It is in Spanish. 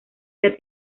ser